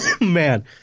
man